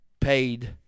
paid